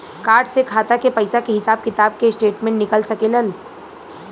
Card से खाता के पइसा के हिसाब किताब के स्टेटमेंट निकल सकेलऽ?